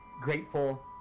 grateful